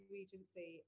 Regency